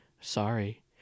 Sorry